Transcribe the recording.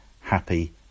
happy